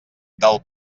del